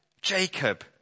Jacob